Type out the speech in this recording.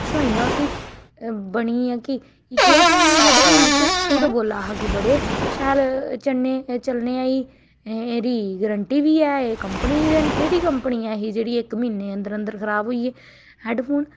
छोआइयां उसी बनी गेआ कि केह तूं मिगी हैडफोन दित्ते तू ते बोला दा हा कि बड़े शैल चलने ऐ चलने ऐ एह एह्दी गरंटी ऐ एह् कम्पनी दे न केह्ड़ी कम्पनी ऐ जेह्ड़े इक म्हाने दे अंदर अंदर खराब होई गे हैडफोन